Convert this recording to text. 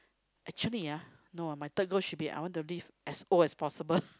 actually ah no ah my third goal should be I want to live as old as possible